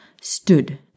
stood